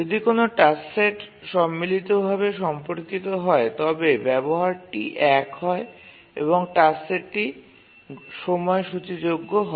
যদি কোনও task set সম্মিলিত ভাবে সম্পর্কিত হয় তবে ব্যবহারটি ১ হয় এবং টাস্ক সেটটি সময়সূচীযোগ্য হয়